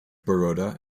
baroda